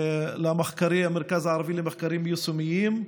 המרכז הערבי למחקרים יישומיים,